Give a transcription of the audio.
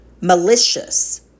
malicious